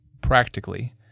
practically